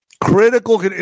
Critical